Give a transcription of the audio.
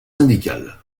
syndical